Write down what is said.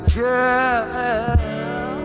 girl